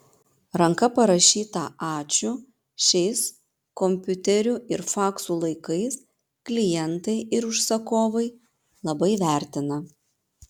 ranka parašytą ačiū šiais kompiuterių ir faksų laikais klientai ir užsakovai labai vertina